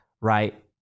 right